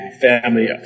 family